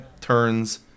turns